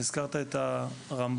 הזכרת את הרמב"ם,